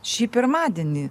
šį pirmadienį